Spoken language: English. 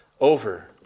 over